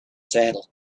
saddle